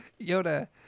Yoda